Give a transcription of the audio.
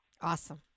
Awesome